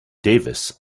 davis